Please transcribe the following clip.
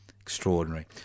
Extraordinary